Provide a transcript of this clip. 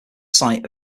site